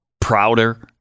prouder